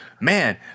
man